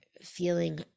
feeling